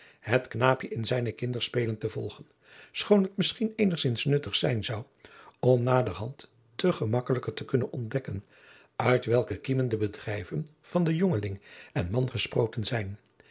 het knaapje in zijne kinderspelen te volgen schoon het misschien eenigzins nuttig zijn zou om naderhand te gemakkelijker te kunnen ontdekken uit welke kiemen de bedrijven van den jongeling en man gesproten zijn